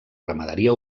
ramaderia